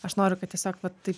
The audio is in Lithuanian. aš noriu kad tiesiog va taip